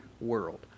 world